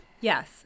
Yes